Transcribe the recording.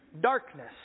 darkness